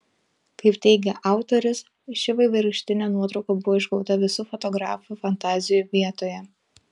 kaip teigia autorius ši vaivorykštinė nuotrauka buvo išgauta visų fotografų fantazijų vietoje